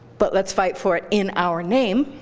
but let's fight for it in our name,